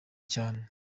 cyane